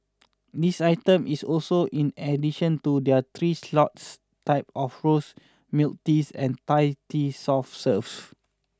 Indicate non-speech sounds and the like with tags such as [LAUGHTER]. this item is also in addition to their three [UNINTELLIGIBLE] type of rose milk teas and Thai tea soft serves